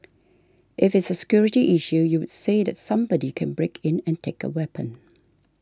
if it's security issue you would say that somebody can break in and take a weapon